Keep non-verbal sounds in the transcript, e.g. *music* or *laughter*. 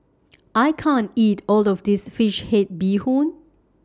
*noise* I can't eat All of This Fish Head Bee Hoon